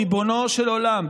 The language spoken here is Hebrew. ריבונו של עולם,